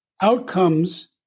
outcomes